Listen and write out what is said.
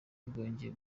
rwongeye